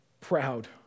proud